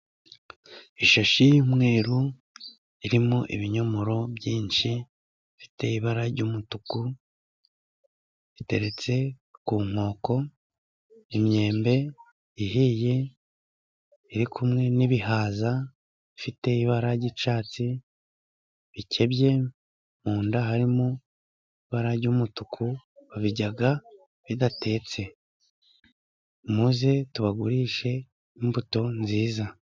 Ishashi y'umweru irimo ibinyomoro byinshi bifite ibara ry'umutuku iteretse ku nkoko, imyembe ihiye iri kumwe n'ibihaza bifite ibara ry'icyatsi bikebye mu nda harimo ibara ry'umutuku babirya bidatetse. Muze tubagurishe imbuto nziza.